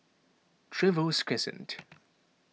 Trevose Crescent